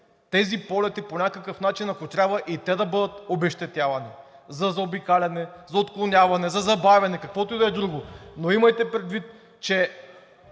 тези полети по някакъв начин, ако трябва, и те да бъдат обезщетявани – за заобикаляне, за отклоняване, за забавяне, каквото и да е друго, но имайте предвид, че